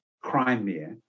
Crimea